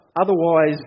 Otherwise